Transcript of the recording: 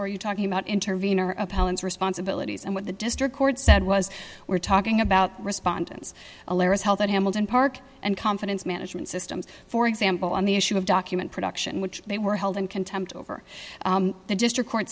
or you're talking about intervene or appellants responsibilities and what the district court said was we're talking about respondents alair is held at hamilton park and confidence management systems for example on the issue of document production which they were held in contempt over the district court